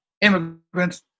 immigrants